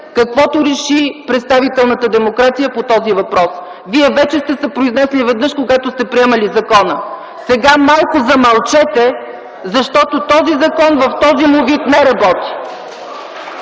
каквото реши представителната демокрация по този въпрос. Вие вече сте се произнесли веднъж, когато сте приемали закона. Сега малко замълчете, защото този закон в този му вид не работи!